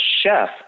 chef